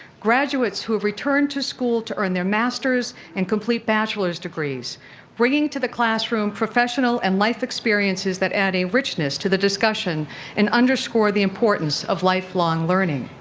graduates who have returned to school to earn their masters and complete bachelor's degrees bringing to the classroom professional and life experiences that add a richness to the discussion and underscore the importance of lifelong learning.